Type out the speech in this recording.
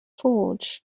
forge